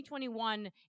2021